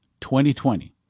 2020